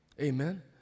Amen